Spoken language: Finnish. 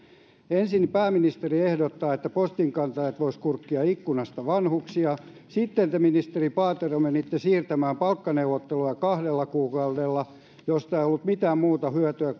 ensin pääministeri ehdottaa että postinkantajat voisivat kurkkia ikkunasta vanhuksia sitten te ministeri paatero menitte siirtämään palkkaneuvotteluja kahdella kuukaudella mistä ei ollut mitään muuta hyötyä